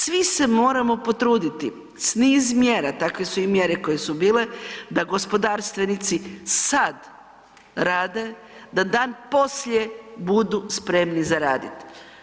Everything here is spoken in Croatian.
Svi se moramo potruditi s niz mjera, takve su i mjere koje su bile da gospodarstvenici sad rade, da dan poslije budu spremni za raditi.